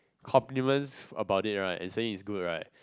compliments about it and saying it's good right